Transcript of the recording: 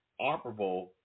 operable